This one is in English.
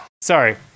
Sorry